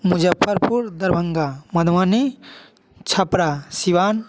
Muzaffarpur Darbhanga Madhubani Chhapra Siwan